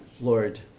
Lord